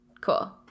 Cool